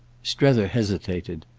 strether hesitated.